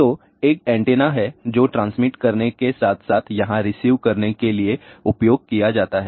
तो एक ऐन्टेना है जो ट्रांसमिट करने के साथ साथ यहां रिसीव करने के लिए उपयोग किया जाता है